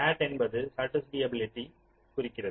SAT என்பது சாடிஸ்ப்பியபிலிட்டியைக் குறிக்கிறது